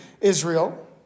Israel